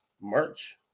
March